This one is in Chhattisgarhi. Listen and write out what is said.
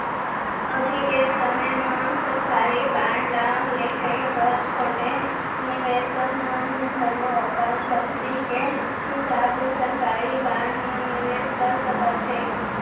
अभी के समे म सरकारी बांड ल लेहे बर छोटे निवेसक मन घलौ अपन सक्ति के हिसाब ले सरकारी बांड म निवेस कर सकत हें